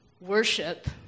worship